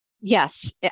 Yes